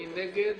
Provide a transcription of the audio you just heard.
מי נגד?